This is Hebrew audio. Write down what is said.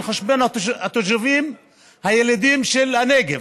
על חשבון התושבים הילידים של הנגב,